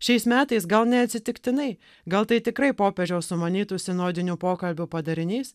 šiais metais gal neatsitiktinai gal tai tikrai popiežiaus sumanytų sinodinių pokalbių padarinys